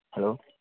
hello